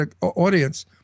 audience